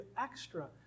extra